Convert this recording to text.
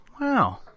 Wow